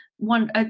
one